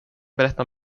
berätta